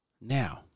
Now